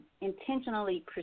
intentionally